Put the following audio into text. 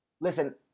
Listen